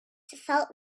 felt